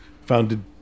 founded